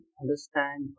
understand